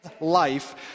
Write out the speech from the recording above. life